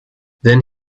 then